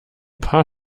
paar